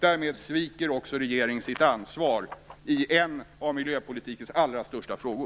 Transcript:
Därmed sviker också regeringen sitt ansvar i en av miljöpolitikens allra största frågor.